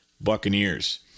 Buccaneers